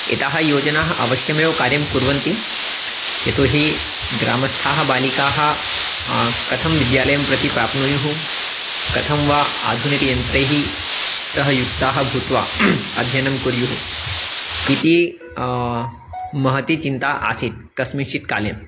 एताः योजनाः अवश्यमेव कार्यं कुर्वन्ति यतो हि ग्रामस्थाः बालिकाः कथं विद्यालयं प्रति प्राप्नुयुः कथं वा आधुनिकयन्त्रैः सह युक्ताः भूत्वा अध्ययनं कुर्युः इति महती चिन्ता आसीत् कस्मिंश्चित् काले